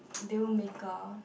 dealmaker